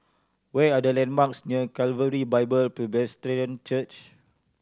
where are the landmarks near Calvary Bible Presbyterian Church